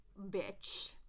bitch